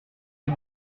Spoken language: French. des